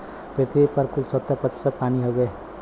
पृथ्वी पर कुल सत्तर प्रतिशत पानी हउवे